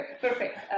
perfect